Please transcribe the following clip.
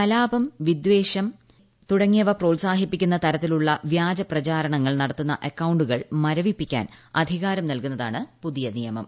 കലാപം വിദേഷം നിയമ ലംഘനം തുടങ്ങിയവ പ്രോത്സാഹിപ്പിക്കുന്ന തരത്തിലുള്ള വ്യാജ പ്രചാരണങ്ങൾ നടത്തുന്ന അക്കൌണ്ടുകൾ മരവിപ്പിക്കാൻ അധികാരം നൽകുന്നതാണ് പുതിയ നിയമം